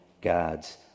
God's